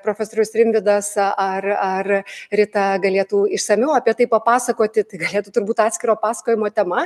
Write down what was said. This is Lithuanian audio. profesorius rimvydas ar ar rita galėtų išsamiau apie tai papasakoti tai galėtų turbūt atskiro pasakojimo tema